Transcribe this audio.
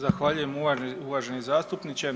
Zahvaljujem uvaženi zastupniče.